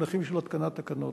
התקנת תקנות.